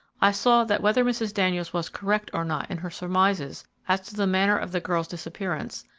i saw that whether mrs. daniels was correct or not in her surmises as to the manner of the girl's disappearance,